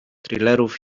thrillerów